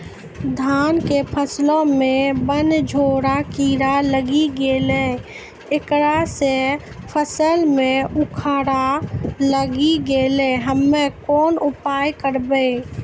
धान के फसलो मे बनझोरा कीड़ा लागी गैलै ऐकरा से फसल मे उखरा लागी गैलै हम्मे कोन उपाय करबै?